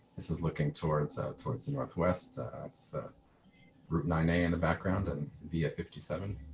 this is looking towards, towards the northwest, that's the route nine a in the background and via fifty seven.